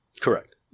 Correct